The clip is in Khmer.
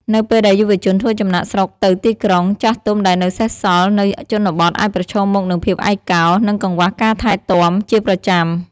នៅពេលដែលយុវជនធ្វើចំណាកស្រុកទៅទីក្រុង ចាស់ទុំដែលនៅសេសសល់នៅជនបទអាចប្រឈមមុខនឹងភាពឯកកោ និងកង្វះការថែទាំជាប្រចាំ។